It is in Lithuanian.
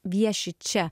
vieši čia